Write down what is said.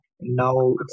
now